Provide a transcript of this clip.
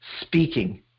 speaking